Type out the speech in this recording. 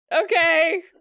okay